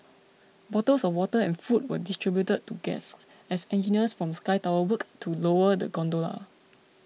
bottles of water and food were distributed to guests as engineers from Sky Tower worked to lower the gondola